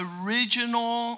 original